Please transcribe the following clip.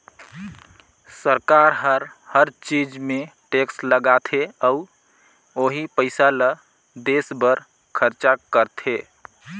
सरकार हर हर चीच मे टेक्स लगाथे अउ ओही पइसा ल देस बर खरचा करथे